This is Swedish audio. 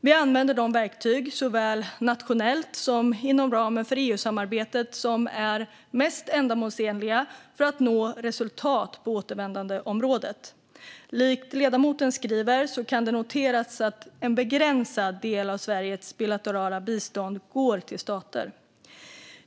Vi använder de verktyg, såväl nationellt som inom ramen för EU-samarbetet, som är mest ändamålsenliga för att nå resultat på återvändandeområdet. Likt det som ledamoten skriver kan det noteras att en begränsad del av Sveriges bilaterala bistånd går till stater.